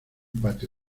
patio